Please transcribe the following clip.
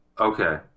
okay